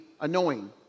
annoying